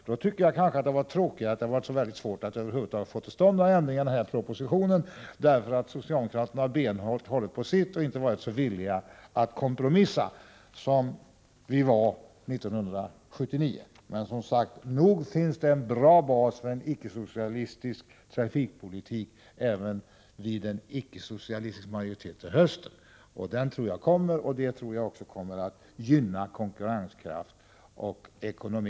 Därför tycker jag att det var tråkigt att det har varit så väldigt svårt att över huvud taget få ändringar till stånd i propositionen denna gång därför att socialdemokraterna så benhårt hållit på sitt och inte varit så villiga till kompromisser som vi var 1979. Som sagt finns det nog en bra bas för en icke-socialistisk trafikpolitik vid en icke-socialistisk majoritet till hösten. Den tror jag att vi kommer att få, och det tror jag också kommer att gynna SJ:s konkurrenskraft och ekonomi.